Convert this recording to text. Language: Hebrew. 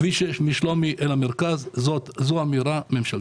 כביש 6 משלומי למרכז זו אמירה ממשלתית.